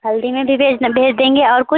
हल्दी में भी भेज भेज देंगे और कुछ